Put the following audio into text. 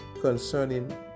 Concerning